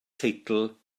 teitl